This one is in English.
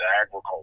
agriculture